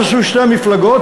שתי המפלגות,